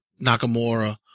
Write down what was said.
Nakamura